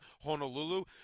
Honolulu